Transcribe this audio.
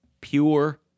pure